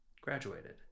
Graduated